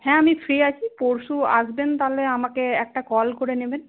হ্যাঁ আমি ফ্রি আছি পরশু আসবেন তাহলে আমাকে একটা কল করে নেবেন